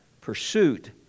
pursuit